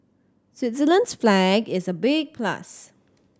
Switzerland's flag is a big plus